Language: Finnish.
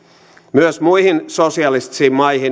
myös muissa sosialistisissa maissa